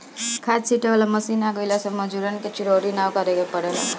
खाद छींटे वाला मशीन आ गइला से मजूरन के चिरौरी ना करे के पड़ेला